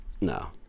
No